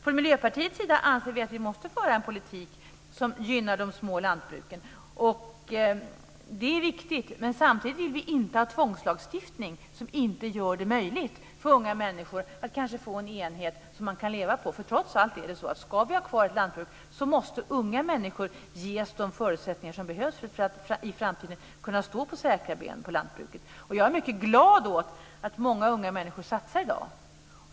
Från Miljöpartiets sida anser vi att vi måste föra en politik som gynnar de små lantbruken. Det är viktigt, men samtidigt vill vi inte ha tvångslagstiftning som inte gör det möjligt för unga människor att kanske få en enhet som de kan leva på. Trots allt är det ju så att om vi ska ha kvar ett lantbruk så måste unga människor ges de förutsättningar som behövs för att de i framtiden ska kunna stå på säkra ben i lantbruket. Jag är mycket glad åt att många unga människor satsar i dag.